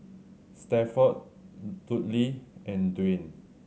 Stafford Dudley and Dwain